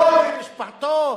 לו ולמשפחתו,